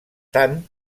tant